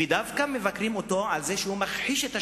ודווקא מבקרים אותו על זה שהוא מכחיש את השואה.